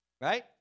right